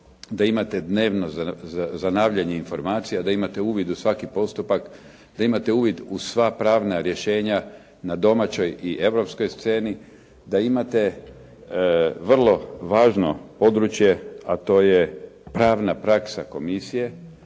da imate dnevno zanavljanje informacija, da imate uvid u svaki postupak, da imate uvid u sva pravna rješenja na domaćoj i europskoj sceni, da imate vrlo važno područje, a to je pravna praksa komisije,